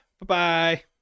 Bye-bye